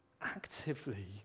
actively